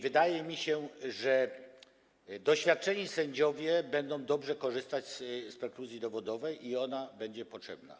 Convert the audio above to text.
Wydaje mi się, że doświadczeni sędziowie będą dobrze korzystać z prekluzji dowodowej, że ona będzie potrzebna.